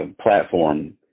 platform